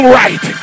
right